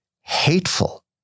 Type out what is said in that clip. hateful